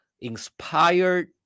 inspired